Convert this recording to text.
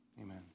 Amen